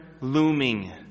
looming